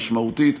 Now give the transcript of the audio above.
משמעותית,